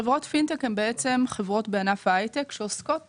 חברות פינטק הן חברות בענף ההייטק שעוסקות